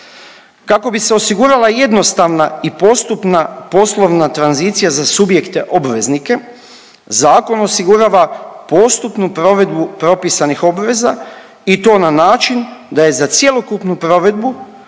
Kako bi se osigurala jednostavna i postupna poslovna tranzicija za subjekte obveznike zakon osigurava postupnu provedbu propisanih obveza i to na način da je za cjelokupnu provedbu